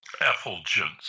effulgence